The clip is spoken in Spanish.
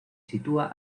sitúa